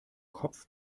kopf